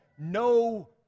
no